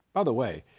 by the way,